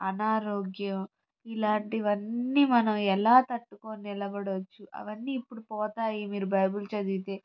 అనారోగ్యం ఇలాంటివన్నీ మనం ఎలా తట్టుకొని నిలబడొచ్చు అవన్నీ ఇప్పుడు పోతాయి మీరు బైబిల్ చదివితే